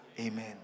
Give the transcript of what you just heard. Amen